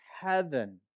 heaven